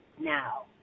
now